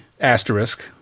Asterisk